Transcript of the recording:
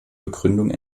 begründung